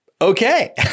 Okay